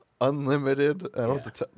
unlimited